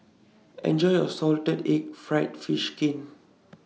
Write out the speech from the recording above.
Enjoy your Salted Egg Fried Fish Skin